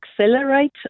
accelerate